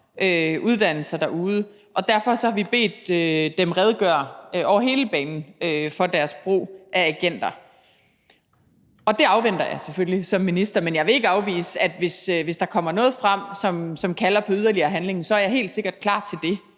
uddannelser derude? Og derfor har vi bedt dem redegøre over hele banen for deres brug af agenter, og det afventer jeg selvfølgelig som minister. Men jeg vil ikke afvise, at hvis der kommer noget frem, som kalder på yderligere handling, så er jeg helt sikkert klar til det.